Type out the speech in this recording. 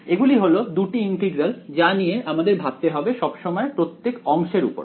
এগুলি হল দুটি ইন্টিগ্রাল যা নিয়ে আমাদের ভাবতে হবে সব সময় প্রত্যেক অংশের উপর